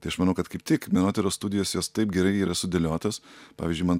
tai aš manau kad kaip tik menotyros studijos jos taip gerai yra sudėliotos pavyzdžiui man